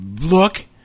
look